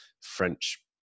French